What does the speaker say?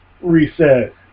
Reset